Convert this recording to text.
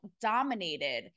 dominated